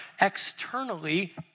Externally